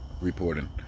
reporting